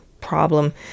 problem